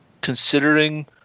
Considering